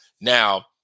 Now